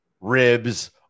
ribs